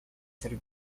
ser